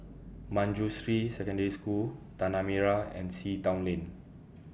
Manjusri Secondary School Tanah Merah and Sea Town Lane